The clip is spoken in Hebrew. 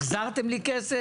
החזרתם לי כסף?